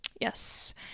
Yes